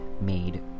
made